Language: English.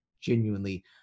genuinely